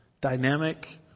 dynamic